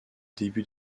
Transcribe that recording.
début